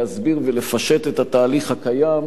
להסביר ולפשט את התהליך הקיים,